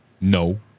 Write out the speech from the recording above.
No